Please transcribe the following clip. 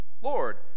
Lord